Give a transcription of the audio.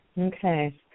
Okay